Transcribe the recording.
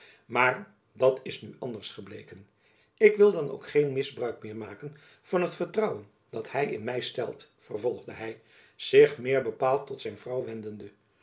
maar dat is nu anders gebleken ik wil dan ook geen misbruik meer maken van het vertrouwen dat hy in my stelt vervolgde hy zich meer bepaald tot zijn vrouw wendende